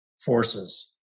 forces